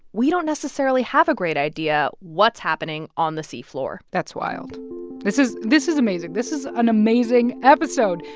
we don't necessarily have a great idea what's happening on the sea floor that's wild this is this is amazing. this is an amazing episode.